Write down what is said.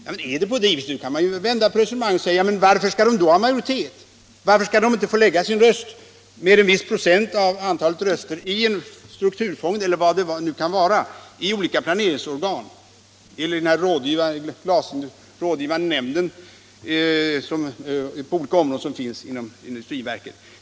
Om det är på det viset kan man ju vända på resonemanget och fråga: Varför skall de då ha majoritet? Varför skall de inte få ha en viss procent av antalet röster i en strukturfond eller vad det kan vara? Varför skall de inte få lägga sin röst i olika planeringsorgan och i den rådgivande nämnden, som finns på olika områden inom industriverket?